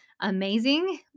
amazing